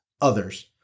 others